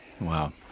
Wow